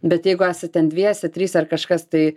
bet jeigu esate dviese trise ar kažkas tai